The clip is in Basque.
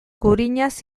gurinaz